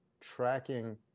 tracking